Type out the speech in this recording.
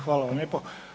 Hvala vam lijepo.